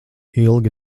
ilgi